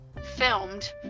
filmed